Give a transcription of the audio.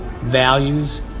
values